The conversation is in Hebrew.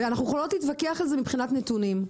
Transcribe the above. אנחנו יכולות להתווכח על זה מבחינת נתונים.